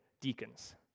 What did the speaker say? deacons